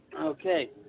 Okay